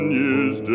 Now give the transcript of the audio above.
years